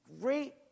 great